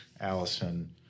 Allison